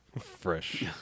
Fresh